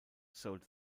sold